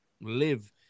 live